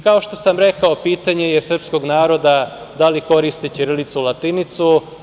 Kao što sam rekao, pitanje je srpskog naroda da li koriste ćirilicu, latinicu.